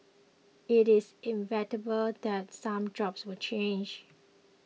it is inevitable that some jobs will change